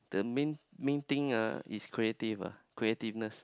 the main main thing ah is creative ah creativeness